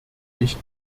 ich